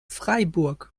freiburg